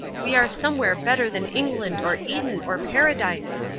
we are somewhere better than england or eden or paradise.